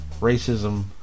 racism